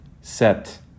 set